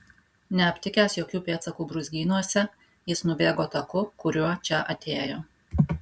neaptikęs jokių pėdsakų brūzgynuose jis nubėgo taku kuriuo čia atėjo